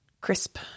crisp